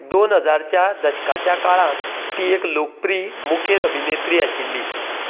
दोन हजारच्या दशकाच्या काळांत ती एक लोकप्रीय मुखेल अभिनेत्री आशिल्ली